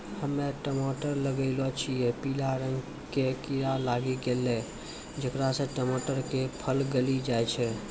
हम्मे टमाटर लगैलो छियै पीला रंग के कीड़ा लागी गैलै जेकरा से टमाटर के फल गली जाय छै?